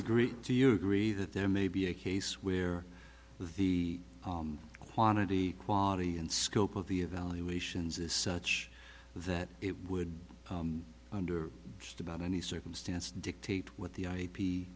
agree do you agree that there may be a case where the quantity quality and scope of the evaluations is such that it would under just about any circumstance dictate what the i